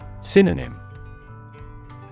Synonym